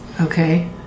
okay